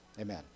Amen